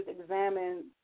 examine